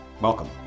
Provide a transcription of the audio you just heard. Welcome